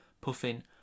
puffin